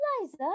Liza